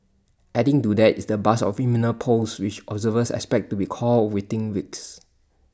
adding to that is the buzz of imminent polls which observers expect to be called within weeks